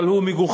אבל הוא מגוחך.